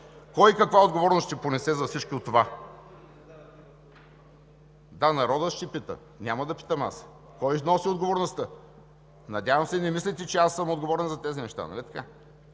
Кой и каква отговорност ще понесе за всичко това? Да, народът ще пита, няма да питам аз: кой ще носи отговорността? Надявам се, не мислите, че аз съм отговорен за тези неща,